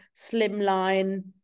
slimline